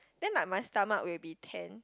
then like my stomach will be tan